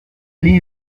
l’ai